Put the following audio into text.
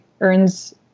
earns